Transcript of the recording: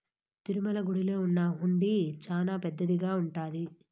తిరుమల గుడిలో ఉన్న హుండీ చానా పెద్దదిగా ఉంటాది